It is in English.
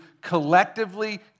collectively